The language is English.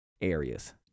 areas